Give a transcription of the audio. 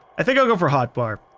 i think i'll go for hotbar.